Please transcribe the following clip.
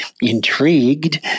Intrigued